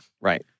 Right